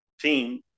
team